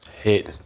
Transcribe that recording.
Hit